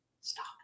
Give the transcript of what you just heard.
stop